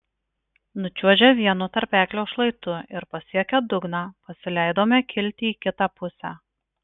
nučiuožę vienu tarpeklio šlaitu ir pasiekę dugną pasileidome kilti į kitą pusę